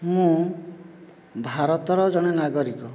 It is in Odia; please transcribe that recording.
ମୁଁ ଭାରତର ଜଣେ ନାଗରିକ